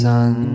Sun